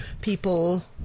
people